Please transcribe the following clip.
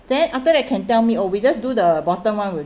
then after that can tell me oh we just do the bottom one will